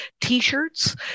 t-shirts